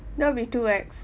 that will be too expensive